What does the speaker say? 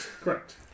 Correct